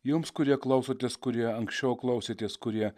jums kurie klausotės kurie anksčiau klausėtės kurie